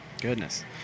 goodness